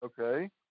Okay